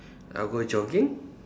I'll go jogging